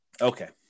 Okay